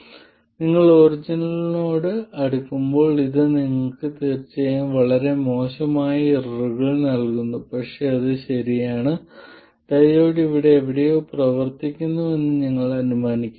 തീർച്ചയായും നിങ്ങൾ ഒറിജിനോട് അടുക്കുമ്പോൾ ഇത് നിങ്ങൾക്ക് വളരെ മോശമായ എററുകൾ നൽകുന്നു പക്ഷേ അത് ശരിയാണ് ഡയോഡ് ഇവിടെ എവിടെയോ പ്രവർത്തിക്കുന്നുവെന്ന് ഞങ്ങൾ അനുമാനിക്കുന്നു